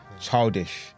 childish